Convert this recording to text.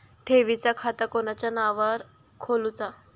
ठेवीचा खाता कोणाच्या नावार खोलूचा?